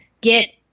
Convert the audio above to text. get